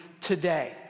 today